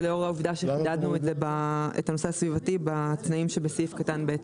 ולאור העובדה שחידדנו את הנושא הסביבתי בתנאים שבסעיף קטן (ב).